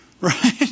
Right